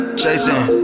chasing